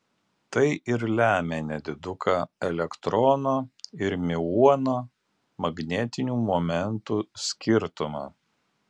tai ir lemia nediduką elektrono ir miuono magnetinių momentų skirtumą